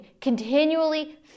continually